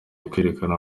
kwerekanwa